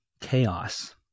chaos